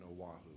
Oahu